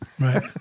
Right